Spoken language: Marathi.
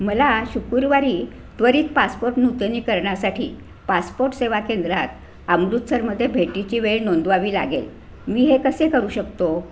मला शुक्रवारी त्वरित पासपोर्ट नूतनीकरणासाठी पासपोर्ट सेवा केंद्रात अमृतसरमध्ये भेटीची वेळ नोंदवावी लागेल मी हे कसे करू शकतो